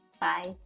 Bye